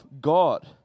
God